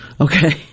okay